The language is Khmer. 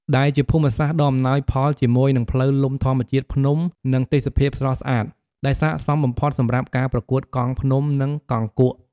ដែលជាភូមិសាស្ត្រដ៏អំណោយផលជាមួយនឹងផ្លូវលំធម្មជាតិ ភ្នំ និងទេសភាពស្រស់ស្អាត ដែលស័ក្តិសមបំផុតសម្រាប់ការប្រកួតកង់ភ្នំ និងកង់គួក។